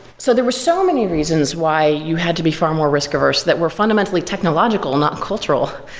so there were so many reasons why you had to be far more risk-averse, that were fundamentally technological not cultural.